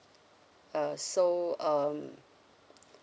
uh so um